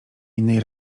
innej